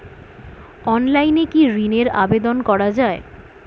অনলাইনে কি ঋনের আবেদন করা যায়?